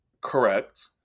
Correct